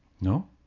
No